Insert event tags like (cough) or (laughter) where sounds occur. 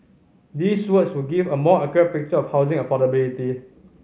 these would (unintelligible) would give a more accurate picture of housing affordability